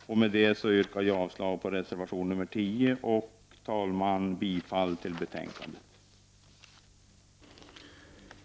Med det sagda, herr talman, yrkar jag avslag på reservation 10 och bifall till utskottets hemställan.